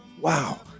wow